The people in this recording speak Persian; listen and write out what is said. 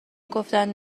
گفتن